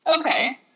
Okay